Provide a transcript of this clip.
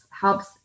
helps